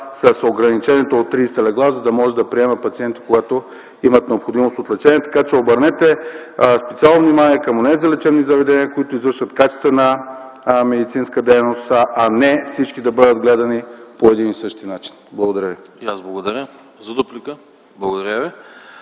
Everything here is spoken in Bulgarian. с ограничението от 30 легла, за да може да приеме пациенти тогава, когато имат необходимост от лечение. Моля, обърнете специално внимание към онези лечебни заведения, които извършват качествена медицинска дейност, а не всички да бъдат гледани по един и същи начин. Благодаря ви.